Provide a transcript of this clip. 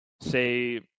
say